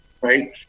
right